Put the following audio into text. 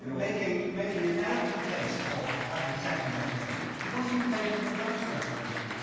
making making an eloquent case for having a second referendum, but was he in favour of the first referendum?